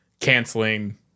canceling